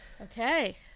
Okay